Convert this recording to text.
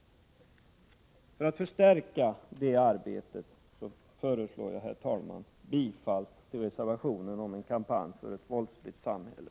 För att förstärka det arbetet föreslår jag, fru talman, bifall till reservationen om en kampanj för ett våldsfritt samhälle.